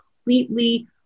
completely